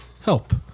help